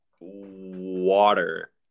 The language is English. water